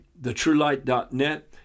thetruelight.net